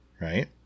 right